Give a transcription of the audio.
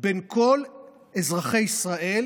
בין כל אזרחי ישראל,